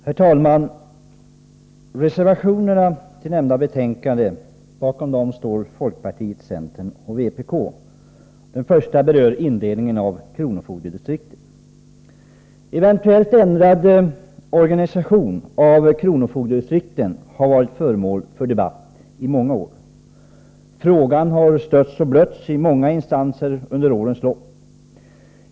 Herr talman! Bakom reservationerna vid detta betänkande står folkpartiet, centern och vpk. Den första av dem berör indelningen i kronofogdedistrikt. Eventuellt ändrad organisation av kronofogdedistrikten har varit föremål för debatt i många år. Frågan har stötts och blötts i många instanser under årens lopp.